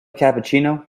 cappuccino